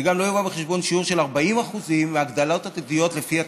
וגם לא יובא בחשבון שיעור של 40% מהגדלת התביעות לפי התקנות.